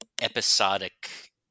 episodic